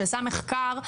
שעשה מחקר.